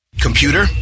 computer